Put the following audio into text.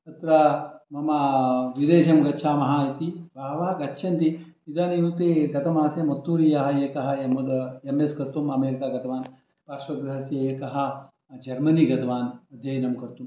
तत्र मम विदेशं गच्छामः इति बहवः गच्छन्ति इदानीमपि गतमासे मत्तूरीयः एकः एम् एस् कर्तुं अमेरिका गतवान् राष्ट्रविद्यालयस्य एकः जर्मनी गतवान् अध्ययनं कर्तुं